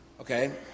Okay